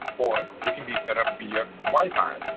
or it can be set up via wi-fi.